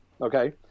okay